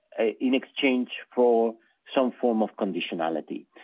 in exchange for some form of conditionality.